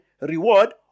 reward